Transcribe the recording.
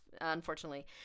unfortunately